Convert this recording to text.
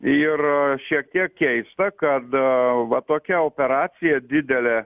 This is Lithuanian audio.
ir šiek tiek keista kad va tokia operacija didelė